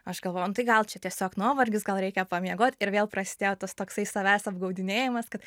aš galvoju gal čia tiesiog nuovargis gal reikia pamiegot ir vėl prasidėjo tas toksai savęs apgaudinėjimas kad